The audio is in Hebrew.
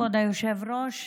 כבוד היושב-ראש,